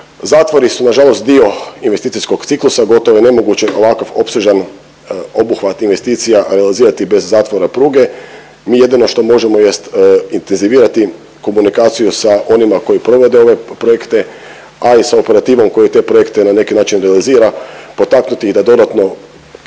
Zatvori su nažalost dio investicijskog ciklusa, gotovo je nemoguće ovakav opsežan obuhvat investicija realizirati bez zatvora pruge. Mi jedino što možemo jest intenzivirati komunikaciju sa onima koji provode ove projekte, a i sa operativom koja te projekte na neki način realizira, potaknuti ih da dodatno